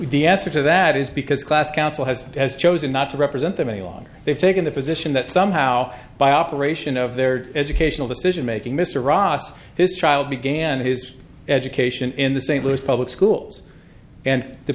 the answer to that is because class council has chosen not to represent them any longer they've taken the position that somehow by operation of their educational decision making mr ross this trial began his education in the st louis public schools and the